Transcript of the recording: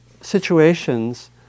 situations